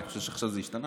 אני חושב שעכשיו זה השתנה,